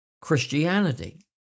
Christianity